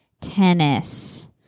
tennis